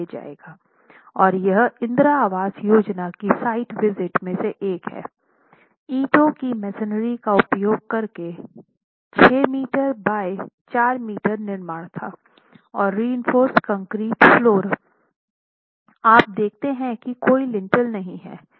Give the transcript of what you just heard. और यह इंदिरा आवास योजना की साइट विजिट्स में से एक है ईंटों की मेसनरी का उपयोग करके 6 मीटर बाय 4 मीटर निर्माण था और रिइनफ़ोर्स कंक्रीट फ्लोर आप देखते हैं कि कोई लिंटेल नहीं है